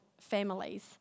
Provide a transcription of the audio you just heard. families